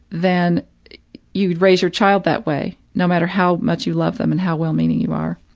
then you would raise your child that way no matter how much you love them and how well-meaning you are.